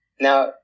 Now